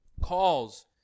calls